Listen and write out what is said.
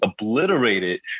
obliterated